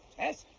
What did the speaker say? as